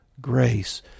grace